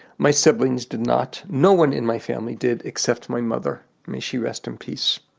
my siblings did not. no one in my family did except my mother, may she rest in peace.